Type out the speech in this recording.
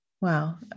Wow